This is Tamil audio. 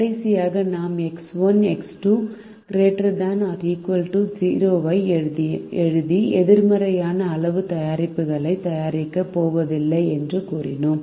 கடைசியாக நாம் எக்ஸ் 1 எக்ஸ் 2 ≥0 ஐ எழுதி எதிர்மறையான அளவு தயாரிப்புகளை தயாரிக்கப் போவதில்லை என்று கூறினோம்